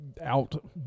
Out